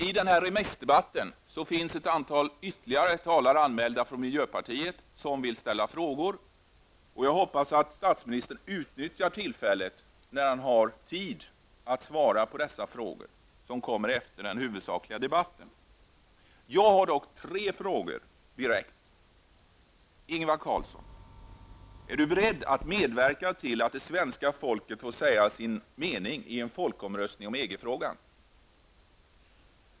I denna remissdebatt finns ytterligare ett antal talare anmälda från miljöpartiet, och de vill ställa frågor. Jag hoppas att statsministern utnyttjar tillfället nu när han har tid att svara på de frågor som kommer efter den huvudsakliga debatten. Jag har dock tre frågor direkt. Är Ingvar Carlsson beredd att medverka till att det svenska folket får säga sin mening i en folkomröstning i EG-frågan?